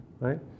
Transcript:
right